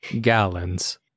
gallons